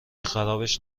خرابش